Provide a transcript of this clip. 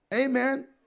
Amen